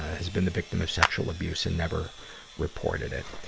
has been the victim of sexual abuse and never reported it.